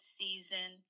season